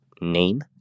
name